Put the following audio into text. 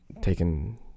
taken